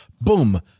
boom